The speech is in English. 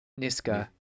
Niska